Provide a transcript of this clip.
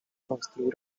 construir